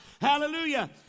Hallelujah